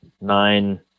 nine